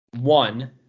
one